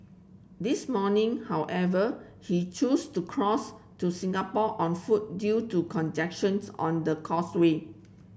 this morning however he choose to cross to Singapore on foot due to congestion on the causeway